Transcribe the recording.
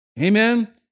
Amen